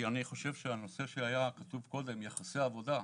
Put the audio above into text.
אני חושב שהנושא שהיה כתוב קודם: יחסי עבודה,